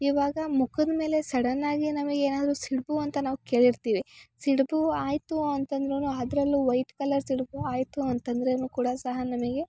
ಇವಾಗ ಮುಖದ್ ಮೇಲೆ ಸಡನ್ ಆಗಿ ನಮಗೆನಾದ್ರು ಸಿಡುಬು ಅಂತ ನಾವು ಕೇಳಿರ್ತಿವಿ ಸಿಡುಬು ಆಯಿತು ಅಂತಂದ್ರು ಅದ್ರಲ್ಲು ವೈಟ್ ಕಲರ್ ಸಿಡುಬು ಆಯಿತು ಅಂತಂದ್ರೆ ಕೂಡ ಸಹ ನಮಗೆ